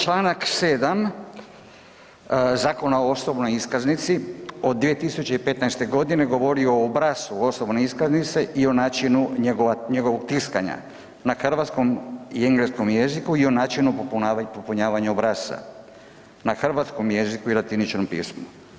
Čl. 7. Zakona o osobnoj iskaznici od 2015. g. govorio o obrascu osobne iskaznice i o načinu njegovog tiskanja na hrvatskom i engleskom jeziku i o načinu popunjavanja obrasca, na hrvatskom jeziku i latiničnom pismu.